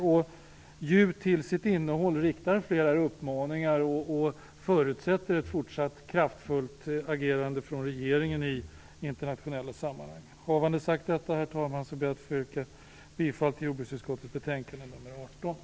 Betänkandet innehåller också flera uppmaningar och förutsätter ett fortsatt kraftfullt agerande från regeringen i internationella sammanhang. Herr talman! Med det anförda vill jag yrka bifall till hemställan i jordbruksutskottets betänkande nr